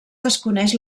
desconeix